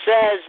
says